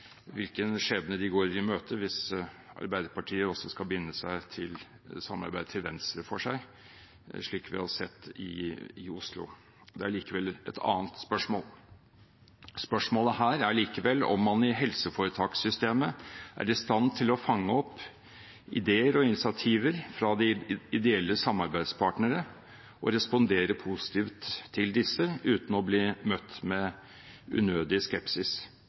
hvilken skjebne de går i møte hvis Arbeiderpartiet skal binde seg til et samarbeid til venstre for seg, slik vi har sett i Oslo. Det er likevel et annet spørsmål. Spørsmålet her er om man i helseforetakssystemet er i stand til å fange opp ideer og initiativer fra de ideelle samarbeidspartnerne og respondere positivt på disse, uten å bli møtt med unødig skepsis